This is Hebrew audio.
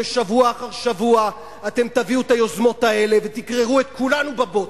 ושבוע אחר שבוע אתם תביאו את היוזמות האלה ותגררו את כולנו בבוץ.